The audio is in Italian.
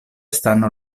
stanno